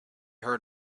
heard